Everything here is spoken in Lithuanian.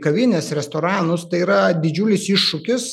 kavines restoranus tai yra didžiulis iššūkis